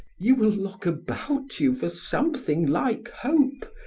you will look about you for something like hope,